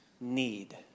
need